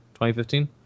2015